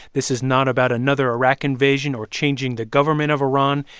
this is not about another iraq invasion or changing the government of iran.